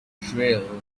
drill